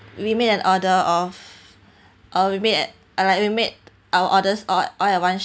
we made an order of uh we made like we made our orders or all at one